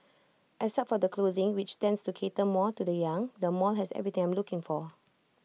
except for the clothing which tends to cater more to the young the mall has everything I am looking for